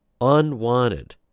unwanted